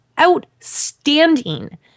outstanding